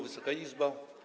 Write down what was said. Wysoka Izbo!